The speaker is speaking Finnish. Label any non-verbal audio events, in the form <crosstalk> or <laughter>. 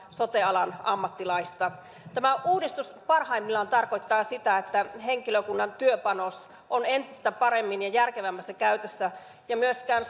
sote alan ammattilaista tämä uudistus parhaimmillaan tarkoittaa sitä että henkilökunnan työpanos on entistä paremmin ja järkevämmässä käytössä ja myöskään <unintelligible>